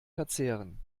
verzehren